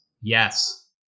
yes